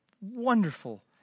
wonderful